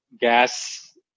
gas